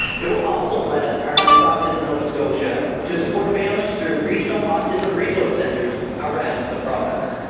it will also let us partner with autism nova scotia to support families through regional autism resource centres around the province.